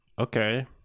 Okay